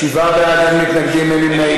שבעה בעד, אין מתנגדים, אין נמנעים.